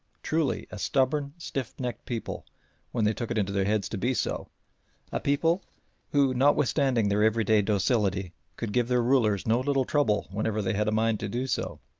truly a stubborn, stiffnecked people when they took it into their heads to be so a people who, notwithstanding their everyday docility, could give their rulers no little trouble whenever they had a mind to do so.